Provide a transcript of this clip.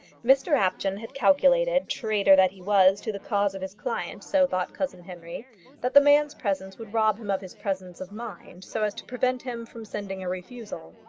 mr apjohn had calculated, traitor that he was to the cause of his client so thought cousin henry that the man's presence would rob him of his presence of mind so as to prevent him from sending a refusal.